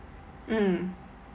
mm